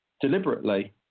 deliberately